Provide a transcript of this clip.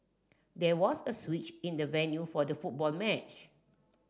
there was a switch in the venue for the football match